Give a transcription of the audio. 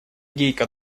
гейка